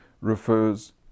refers